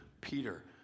Peter